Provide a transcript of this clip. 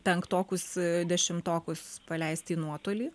penktokus dešimtokus paleisti į nuotolį